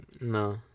No